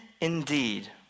indeed